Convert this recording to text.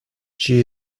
she